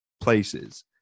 places